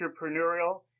entrepreneurial